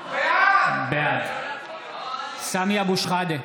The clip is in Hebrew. בעד סמי אבו שחאדה,